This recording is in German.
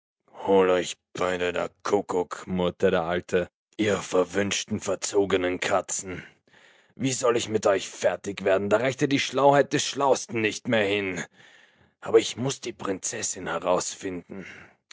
hol euch beide der kuckuck murrte der alte ihr verwünschten verzogenen katzen wie soll ich mit euch fertig werden da reicht ja die schlauheit des schlauesten nicht mehr hin aber ich muß die prinzessin herausfinden